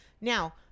Now